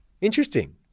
Interesting